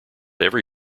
every